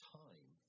time